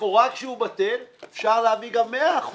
לכאורה כשהוא בטל אפשר להביא גם 100%,